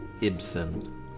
Ibsen